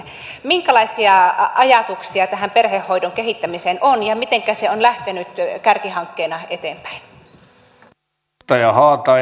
minkälaisia ajatuksia perhehoidon kehittämisestä on ja mitenkä se on lähtenyt kärkihankkeena eteenpäin